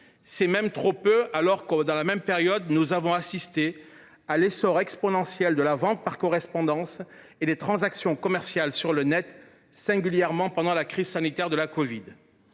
C’est même trop peu, alors que, dans la même période, nous avons assisté à l’essor exponentiel de la vente par correspondance et des transactions commerciales sur internet, singulièrement pendant la crise sanitaire du covid